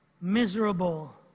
miserable